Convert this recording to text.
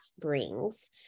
brings